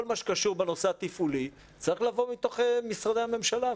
כל מה שקשור בנושא התפעולי צריך לבוא מתוך משרדי הממשלה,